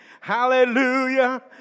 Hallelujah